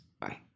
Bye